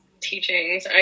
teachings